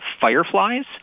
fireflies